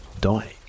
dying